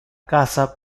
casa